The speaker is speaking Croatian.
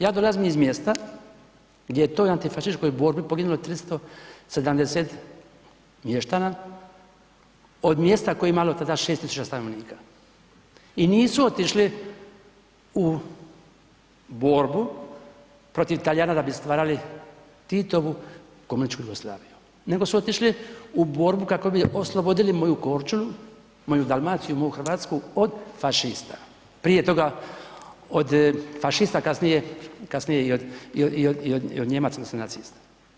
Ja dolazim iz mjesta gdje je u toj antifašističkoj borbi poginulo 370 mještana od mjesta koje je imalo tada 6000 stanovnika i nisu otišli u borbu protiv Talijana da bi stvarali Titovu komunističku Jugoslaviju, nego su otišli u borbu kako bi oslobodili moju Korčulu, moju Dalmaciju, moju RH, od fašista, prije toga od fašista, kasnije, kasnije i od, i od, i od Nijemaca odnosno nacista.